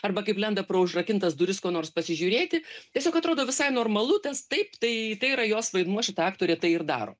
arba kaip lenda pro užrakintas duris ko nors pasižiūrėti tiesiog atrodo visai normalu tas taip tai tai yra jos vaidmuo šita aktorė tai ir daro